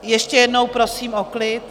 Ještě jednou prosím o klid.